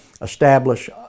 establish